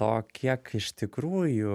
to kiek iš tikrųjų